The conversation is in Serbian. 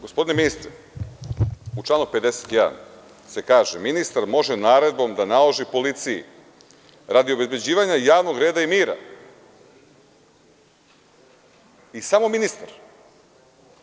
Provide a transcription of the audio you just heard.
Gospodine ministre, u članu 51. se kaže – ministar može naredbom da naloži policiji radi obezbeđivanja javnog reda i mira, i samo ministar.